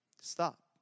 stop